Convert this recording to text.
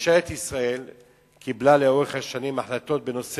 ממשלת ישראל קיבלה לאורך השנים החלטות בנושא